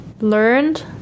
learned